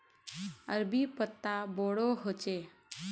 अरबी पत्ता बोडो होचे